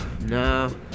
No